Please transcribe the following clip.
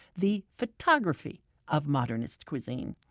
the photography of modernist cuisine.